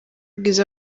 bwiza